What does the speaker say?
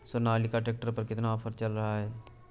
Sonalika tractor पर कितना offer चल रहा है?